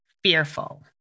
fearful